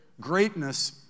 Greatness